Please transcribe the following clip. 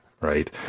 right